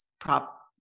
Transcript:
prop